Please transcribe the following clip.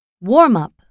warm-up